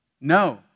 No